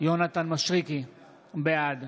יונתן מישרקי, בעד